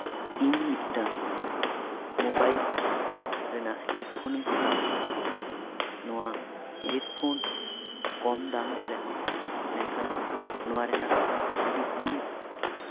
ᱤᱧ ᱢᱤᱫᱴᱟᱱ ᱢᱳᱵᱟᱭᱤᱞ ᱨᱮᱱᱟᱜ ᱦᱮᱰᱯᱷᱳᱱᱤᱧ ᱦᱟᱛᱟᱣ ᱠᱟᱫᱟ ᱱᱚᱣᱟ ᱦᱮᱰᱯᱷᱳᱱ ᱠᱚᱢ ᱫᱟᱢ ᱜᱮ ᱨᱮᱦᱚᱸ ᱢᱮᱱᱠᱷᱟᱱ ᱱᱚᱣᱟ ᱨᱮᱱᱟᱜ ᱟᱹᱰᱤ ᱜᱩᱱ